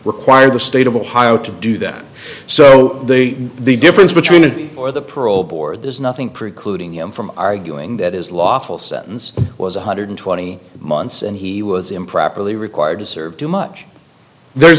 require the state of ohio to do that so the the difference between or the parole board there's nothing precluding him from arguing that is lawful sentence was one hundred twenty months and he was improperly required to serve too much there's